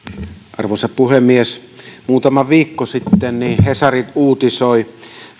arvoisa puhemies muutama viikko sitten hesari uutisoi